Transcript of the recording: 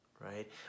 right